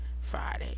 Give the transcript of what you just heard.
Friday